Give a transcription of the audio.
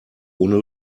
ohne